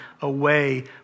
away